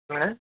சொல்லுங்கள்